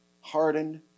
hardened